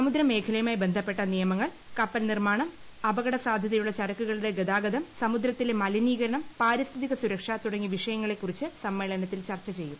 സമുദ്രമേഖലയുമായി ബന്ധപ്പെട്ട നിയമങ്ങൾ കപ്പൽ നിർമ്മാണം അപകട സാധ്യതയുളള ചരക്കുകളുടെ ഗതാഗതം സമുദ്രത്തിലെ മലിനീകരണം പാരിസ്ഥിതിക സുരക്ഷ തുടങ്ങിയ വിഷയങ്ങളെക്കുറിച്ച് സമ്മേളനത്തിൽ ചർച്ചചെയ്യും